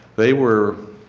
they were